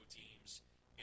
teams